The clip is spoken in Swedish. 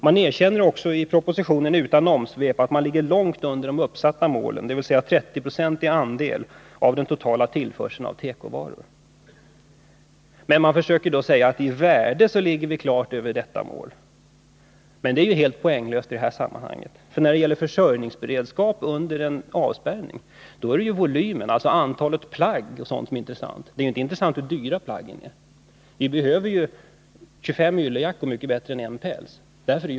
Det erkänns också utan omsvep i propositionen att man ligger långt under de uppsatta målen, dvs. en 30-procentig andel av den totala tillförseln av tekovaror. I stället försöker man säga att man i värde ligger klart över detta mål, men det är ju helt poänglöst i sammanhanget. När det gäller försörjningsberedskap under avspärrning är det volymen, dvs. antalet plagg, som är det intressanta. Det är inte intressant hur dyra plaggen är. 25 yllejackor är mycket bättre än en päls.